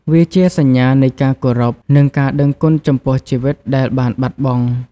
វាជាសញ្ញានៃការគោរព និងការដឹងគុណចំពោះជីវិតដែលបានបាត់បង់។